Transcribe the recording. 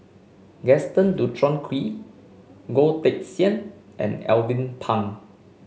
Gaston Dutronquoy Goh Teck Sian and Alvin Pang